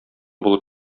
булып